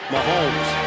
Mahomes